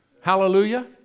Hallelujah